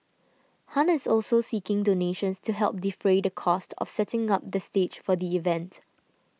Han is also seeking donations to help defray the cost of setting up the stage for the event